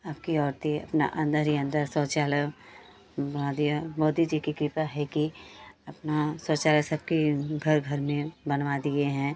अब की औरतें अपना अंदर ही अंदर शौचालय बना दिया मोदी जी की कृपा है कि अपना शौचालय सबके घर घर में बनवा दिए हैं